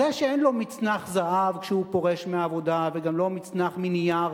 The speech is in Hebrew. זה שאין לו מצנח זהב כשהוא פורש מהעבודה וגם לא מצנח מנייר,